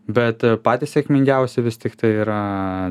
bet patys sėkmingiausi vis tiktai yra